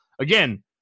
again